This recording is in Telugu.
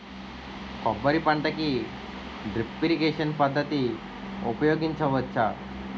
కొబ్బరి పంట కి డ్రిప్ ఇరిగేషన్ పద్ధతి ఉపయగించవచ్చా?